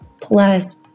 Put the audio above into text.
Plus